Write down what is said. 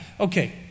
Okay